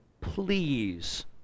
please